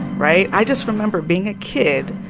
right? i just remember being a kid,